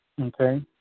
okay